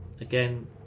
again